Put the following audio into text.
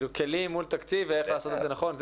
כלים מול תקציב ואיך לעשות את זה נכון.